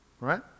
right